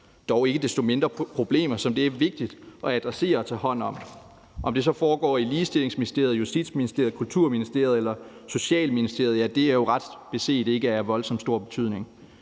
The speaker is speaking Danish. dog ikke desto mindre problemer, som det er vigtigt at adressere og tage hånd om. Om det så foregår i Ligestillingsministeriet, Justitsministeriet, Kulturministeriet eller Socialministeriet, er jo ret beset ikke af voldsomt stor betydning.